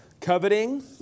Coveting